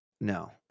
no